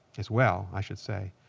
as well, i should say,